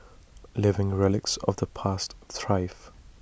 living relics of the past thrive